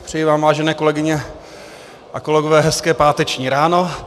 Přeji vám, vážené kolegyně a kolegové, hezké páteční ráno.